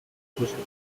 eventually